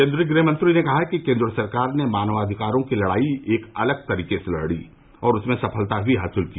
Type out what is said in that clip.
केन्द्रीय गृह मंत्री ने कहा कि केन्द्र सरकार ने मानवाधिकारों की लड़ाई एक अलग तरीके से लड़ी और उसमें सफलता भी हासिल की